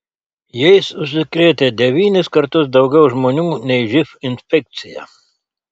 jais užsikrėtę devynis kartus daugiau žmonių nei živ infekcija